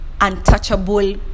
untouchable